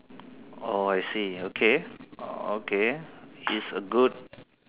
oh I see okay okay it's a good